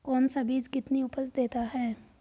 कौन सा बीज कितनी उपज देता है?